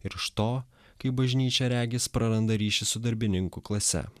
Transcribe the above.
ir iš to kai bažnyčia regis praranda ryšį su darbininkų klase